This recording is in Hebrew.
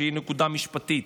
שהיא נקודה משפטית.